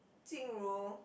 Jing-Ru